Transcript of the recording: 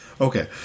Okay